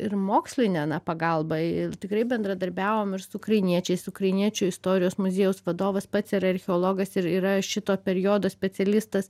ir moksline na pagalba ir tikrai bendradarbiavom ir su ukrainiečiais ukrainiečių istorijos muziejaus vadovas pats yra archeologas ir yra šito periodo specialistas